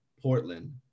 Portland